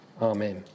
Amen